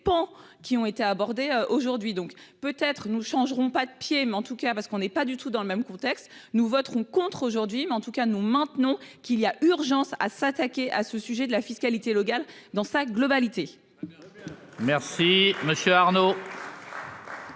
qui ont été abordés aujourd'hui donc peut être nous changerons pas de pied mais en tout cas parce qu'on n'est pas du tout dans le même contexte, nous voterons contre aujourd'hui mais en tout cas nous maintenons qu'il y a urgence à s'attaquer à ce sujet de la fiscalité locale, dans sa globalité.